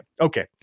okay